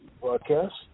broadcast